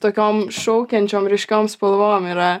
tokiom šaukiančiom ryškiom spalvom yra